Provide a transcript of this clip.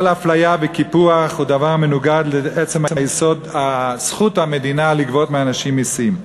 כל אפליה וקיפוח הם דבר המנוגד לעצם זכות המדינה לגבות מאנשים מסים.